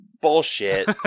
Bullshit